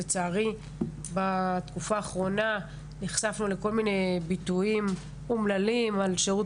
לצערי בתקופה האחרונה נחשפנו לכל מיני ביטויים אומללים על שירות